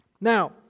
now